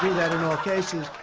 that in all cases.